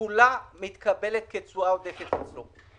כולה מתקבלת כתשואה עודפת בסוף.